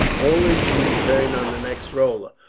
only to return on the next roller.